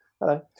Hello